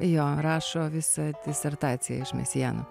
jo rašo visą disertaciją iš mesiano